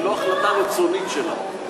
ולא החלטה רצונית שלה.